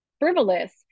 frivolous